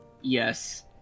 Yes